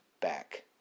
back